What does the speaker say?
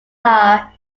are